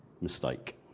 mistake